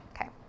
okay